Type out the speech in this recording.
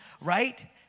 right